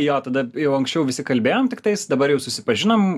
jo tada jau anksčiau visi kalbėjom tiktais dabar jau susipažinom